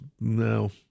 No